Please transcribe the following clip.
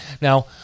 Now